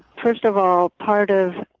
first of all, part of